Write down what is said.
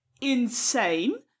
insane